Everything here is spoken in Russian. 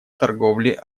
торговле